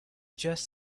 just